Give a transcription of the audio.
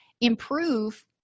improve